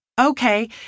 okay